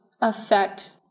affect